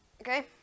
Okay